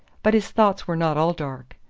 but his thoughts were not all dark.